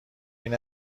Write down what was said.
این